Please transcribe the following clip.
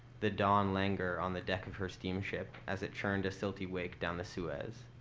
the dawn languor on the deck of her steamship as it churned a silty wake down the suez,